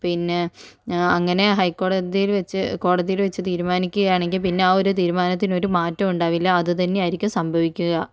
പിന്നെ അങ്ങനെ ഹൈക്കോടതിയിൽ വെച്ച് കോടതിയിൽ വെച്ച് തീരുമാനിക്കുകയാണെങ്കിൽ പിന്നെ ആ ഒരു തീരുമാനത്തിന് ഒരു മാറ്റവും ഉണ്ടായില്ല അതുതന്നെയായിരിക്കും സംഭവിക്കുക